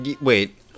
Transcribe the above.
wait